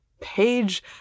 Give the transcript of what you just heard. page